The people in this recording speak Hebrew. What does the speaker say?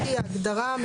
סתירה,